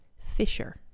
Fisher